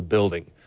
building,